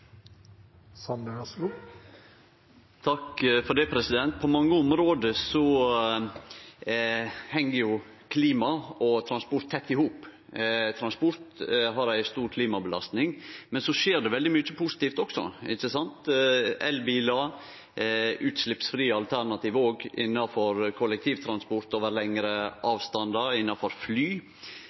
På mange område heng klima og transport tett i hop, for transport har ei stor klimabelastning. Men så skjer det òg veldig mykje positivt, som elbilar og utsleppsfrie alternativ òg for kollektivtransport over lengre avstandar, og for fly.